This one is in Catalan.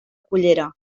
cullera